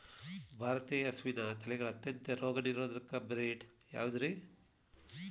ಭಾರತೇಯ ಹಸುವಿನ ತಳಿಗಳ ಅತ್ಯಂತ ರೋಗನಿರೋಧಕ ಬ್ರೇಡ್ ಯಾವುದ್ರಿ?